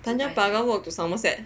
Tanjong Pagar walk to somerset